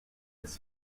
his